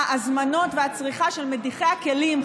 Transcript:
ההזמנות והצריכה של מדיחי הכלים,